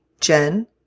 Jen